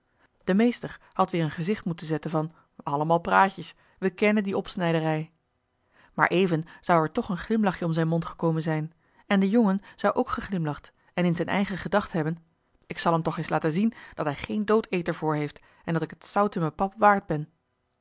de meester had weer een gezicht moeten zetten van allemaal praatjes we kennen die opsnijderij maar even zou er toch een glimlachje om zijn mond gekomen zijn en de jongen zou ook geglimlacht en in z'n eigen gedacht hebben k zal m toch eens laten zien dat hij geen doodeter voor heeft en dat ik het zout in m'n pap waard ben